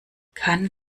kann